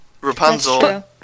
Rapunzel